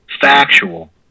factual